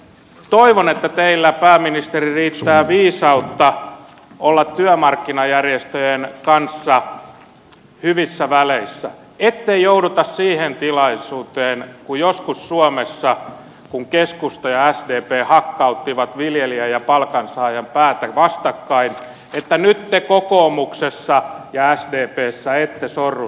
toivon että teillä pääministeri riittää viisautta olla työmarkkinajärjestöjen kanssa hyvissä väleissä niin että ei jouduta siihen tilanteeseen kuin joskus suomessa kun keskusta ja sdp hakkauttivat viljelijän ja palkansaajan päätä vastakkain että nyt te kokoomuksessa ja sdpssä ette sorru samaan